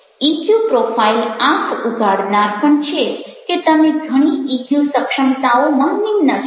EQ profile આંખ ઉઘાડનાર પણ છે કે તમે ઘણી ઇક્યુ સક્ષમતાઓમાં નિમ્ન છો